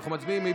אנחנו מצביעים.